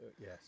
yes